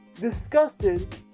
disgusted